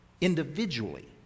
individually